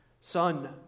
Son